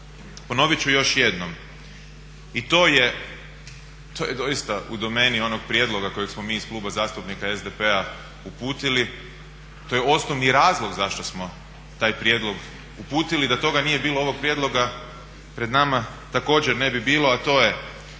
ponoviti ću još jednom i to je, to je doista u domeni onog prijedloga kojeg smo mi iz Kluba zastupnika SDP-a uputili, to je osnovni razlog zašto smo taj prijedlog uputili. Da toga nije bilo, ovog prijedloga pred nama također ne bi bilo, a to je